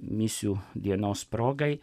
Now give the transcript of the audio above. misijų dienos progai